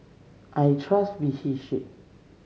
I trust Vichy